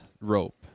rope